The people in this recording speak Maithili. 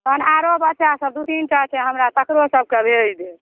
तहन आरो बच्चासभ दू तीन टा छै हमरा तकरो सभकेँ भेज देब